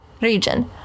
region